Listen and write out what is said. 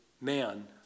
man